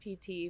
PT